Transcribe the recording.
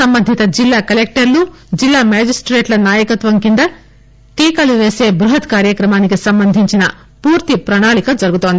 సంబంధిత జిల్లా కలెక్టర్లు జిల్లా మెజిస్టేట్ ల నాయకత్వం కింద టీకాలు వేసీ బృహత్ కార్యక్రమానికి సంబంధించిన పూర్తి ప్రణాళిక జరుగుతుంది